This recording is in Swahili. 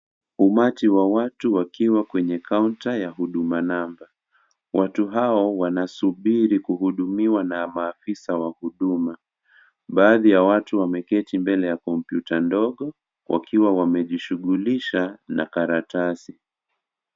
Umati wa watu wakiwa kwenye kaota ya huduma namba watu hao wanasubiri kuhudumiwa na maafisa wa huduma baadhi ya watu wameketi mbele ya kompyuta ndogo wakiwa wamejishughulisha na karatasi.